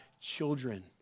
children